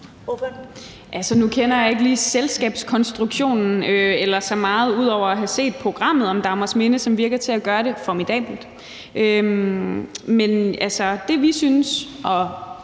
Nu kender jeg ikke lige selskabskonstruktionen eller ret meget ud over at have set programmet om Dagmarsminde, som virker til at gøre det formidabelt.